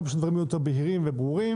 כמה שדברים יהיו יותר בהירים וברורים,